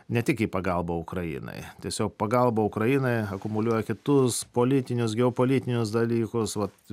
ne tik į pagalbą ukrainai tiesiog pagalba ukrainai akumuliuoja kitus politinius geopolitinius dalykus vat